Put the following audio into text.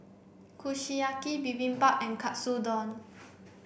Kushiyaki Bibimbap and Katsudon